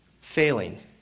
failing